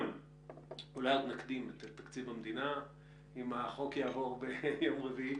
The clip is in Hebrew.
- אולי נקדים את תקציב המדינה אם החוק יעבור ביום רביעי,